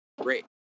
great